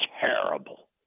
terrible